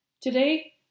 Today